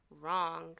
wrong